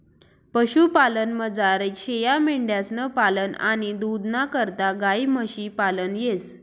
पशुपालनमझार शेयामेंढ्यांसनं पालन आणि दूधना करता गायी म्हशी पालन येस